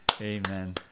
Amen